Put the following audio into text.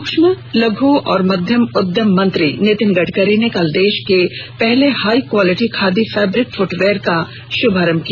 सूक्षम लघु और मध्यम उद्यम मंत्री नितिन गडकरी ने कल देश के पहले high quality khadi fabric footwear का शुभारंभ किया